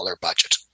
budget